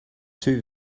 two